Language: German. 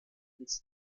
ins